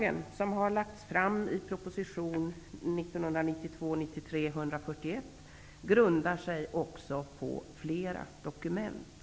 1992/93:141, grundar sig också på flera dokument.